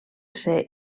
ser